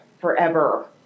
forever